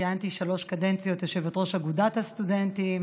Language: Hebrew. כיהנתי שלוש קדנציות בתור יושבת-ראש אגודת הסטודנטים